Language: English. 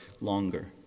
longer